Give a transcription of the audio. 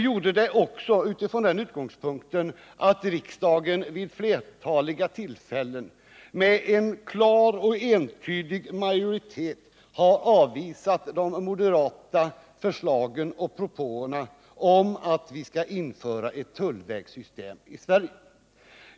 För det andra har riksdagen vid flertaliga tillfällen med en klar och entydig majoritet avvisat de moderata förslagen och propåerna om att vi skall införa tullvägssystem i Sverige.